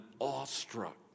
awestruck